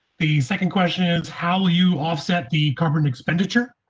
the second question is how you offset the current expenditure.